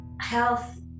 health